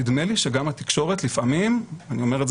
נדמה לי שגם התקשורת לפעמים אני אומר את זה